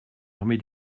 armée